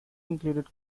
included